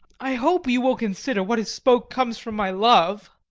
i hope you will consider what is spoke comes from my love